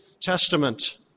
Testament